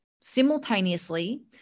simultaneously